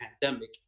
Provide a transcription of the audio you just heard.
pandemic